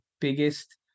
biggest